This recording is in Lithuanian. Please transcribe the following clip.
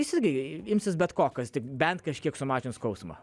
jis irgi imsis bet ko kas tik bent kažkiek sumažins skausmą